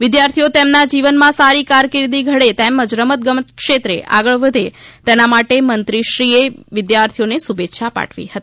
વિદ્યાર્થીઓ તેમના જીવનમાં સારી કારકિર્દી ઘડે તેમજ રમત ગમત ક્ષેત્રે આગળ વધે તેના માટે મંત્રીશ્રીએ વિદ્યાર્થીઓને શુભેચ્છા પાઠવી હતી